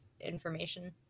information